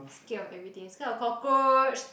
scared of everything scared of cockroach